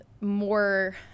more